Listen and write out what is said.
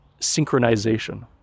synchronization